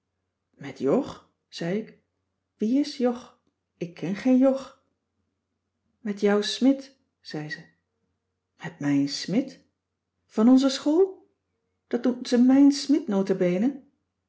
met jog zei ik wie is jog ik ken geen jog met jouw smidt zei ze met mijn smidt van onze school dat noemt ze mijn